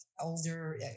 older